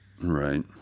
Right